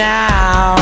now